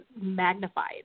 magnified